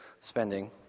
spending